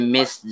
Miss